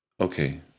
Okay